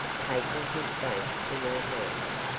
taking his face in her hands.